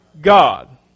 God